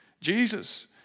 Jesus